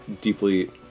deeply